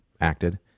acted